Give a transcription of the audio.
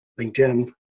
LinkedIn